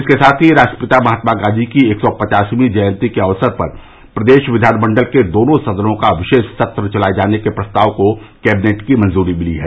इसके साथ ही राष्ट्रपिता महात्मा गॉधी की एक सौ पचासवीं जयंती के अक्सर पर प्रदेश विधान मण्डल के दोनों सदनों का विशेष सत्र चलाये जाने के प्रस्ताव को कैबिनेट की मंजूरी मिली है